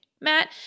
Matt